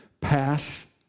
path